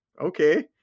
Okay